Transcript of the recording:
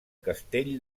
castell